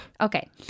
Okay